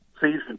season